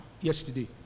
yesterday